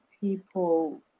people